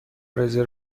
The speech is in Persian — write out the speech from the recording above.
رزرو